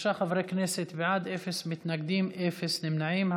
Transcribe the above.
שלושה חברי כנסת בעד, אפס מתנגדים, אפס נמנעים.